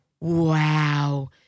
wow